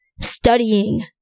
studying